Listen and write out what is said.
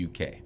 uk